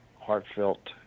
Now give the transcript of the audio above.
heartfelt